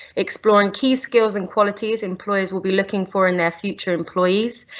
exploring key skills and qualities employers will be looking for in their future employees,